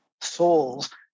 souls